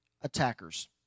attackers